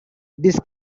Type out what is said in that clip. this